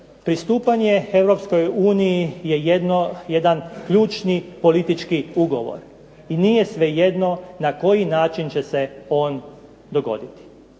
uniji je jedan ključni politički ugovor i nije svejedno na koji način će se on dogoditi.